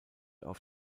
auf